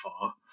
far